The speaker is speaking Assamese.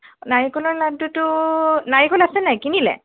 নাৰিকলৰ লাডুটো নাৰিকল আছেনে নাই কিনিলে